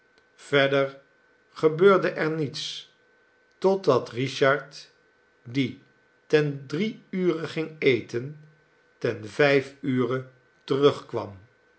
verder gebeurde er niets totdat richard die ten drie ure ging eten ten vijf ure terugkwam